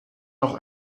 noch